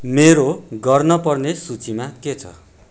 मेरो गर्नपर्ने सूचीमा के छ